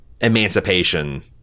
emancipation